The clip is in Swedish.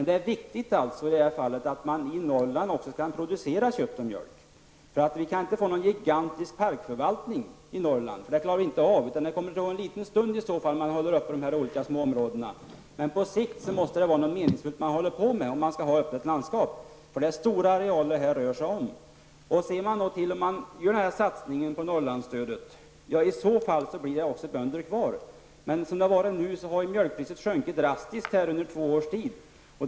Det är viktigt att man även i Norrland kan producera kött och mjölk. Vi kan inte ha en gigantisk parkförvaltning i Norrland. Det klarar vi inte av. Under en kort period kan man hålla dessa små områden öppna. På sikt måste man hålla på med något meningsfullt om man skall ha ett öppet landskap. Det rör sig om stora arealer. Om man genomför en satsning på Norrlandsområdet, blir det också bönder kvar. Mjölkpriset har sjunkit drastiskt under två år.